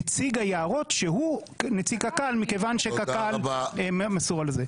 נציג היערות שהוא נציג קק"ל מכיוון שקק"ל מסורה לזה.